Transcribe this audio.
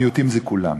המיעוטים זה כולם.